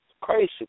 crazy